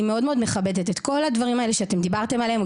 אני מאוד מאוד מכבדת את כל הדברים האלה שאתם דיברתם עליהם,